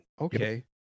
okay